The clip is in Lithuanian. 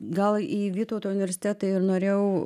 gal į vytauto universitetą ir norėjau